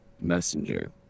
Messenger